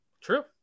True